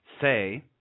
say